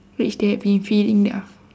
which they have been feeding their